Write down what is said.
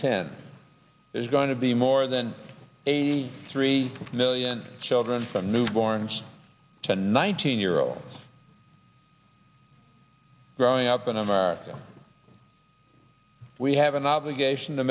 ten there's going to be more than eighty three million children from newborns to nineteen year olds growing up in america we have an obligation to